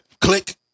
click